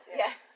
yes